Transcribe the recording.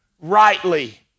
rightly